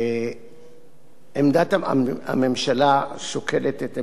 הממשלה שוקלת את עמדתה,